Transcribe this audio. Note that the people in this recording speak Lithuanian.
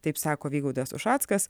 taip sako vygaudas ušackas